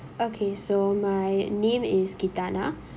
okay so my name is chatana